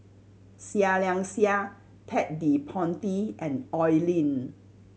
Seah Liang Seah Ted De Ponti and Oi Lin